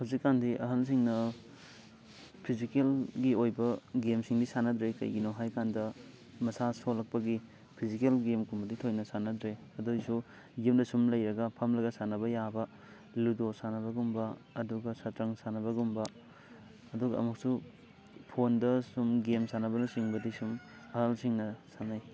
ꯍꯧꯖꯤꯛꯀꯥꯟꯗꯤ ꯑꯍꯜꯁꯤꯡꯅ ꯐꯤꯖꯤꯀꯦꯜꯒꯤ ꯑꯣꯏꯕ ꯒꯦꯝꯁꯤꯡꯗꯤ ꯁꯥꯟꯅꯗ꯭ꯔꯦ ꯀꯩꯒꯤꯅꯣ ꯍꯥꯏꯀꯥꯟꯗ ꯃꯁꯥ ꯁꯣꯜꯂꯛꯄꯒꯤ ꯐꯤꯖꯤꯀꯦꯜ ꯒꯦꯝꯒꯨꯝꯕꯗꯤ ꯊꯣꯏꯅ ꯁꯥꯟꯅꯗ꯭ꯔꯦ ꯑꯗꯨꯑꯣꯏꯁꯨ ꯌꯨꯝꯗ ꯁꯨꯝ ꯂꯩꯔꯒ ꯐꯝꯂꯒ ꯁꯥꯟꯅꯕ ꯌꯥꯕ ꯂꯨꯗꯣ ꯁꯥꯟꯅꯕꯒꯨꯝꯕ ꯑꯗꯨꯒ ꯁꯠꯇ꯭ꯔꯪ ꯁꯥꯟꯅꯕꯒꯨꯝꯕ ꯑꯗꯨꯒ ꯑꯃꯨꯛꯁꯨ ꯐꯣꯟꯗ ꯁꯨꯝ ꯒꯦꯝ ꯁꯥꯟꯅꯕꯅꯆꯤꯡꯕꯗꯤ ꯁꯨꯝ ꯑꯍꯜꯁꯤꯡꯅ ꯁꯥꯟꯅꯩ